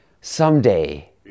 someday